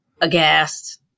aghast